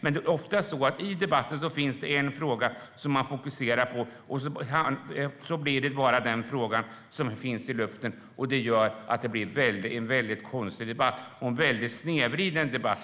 I debatten är det oftast en fråga som man fokuserar på, och sedan blir det bara den frågan som finns i luften. Det gör att det blir en väldigt konstig debatt och framför allt en väldigt snedvriden debatt.